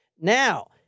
Now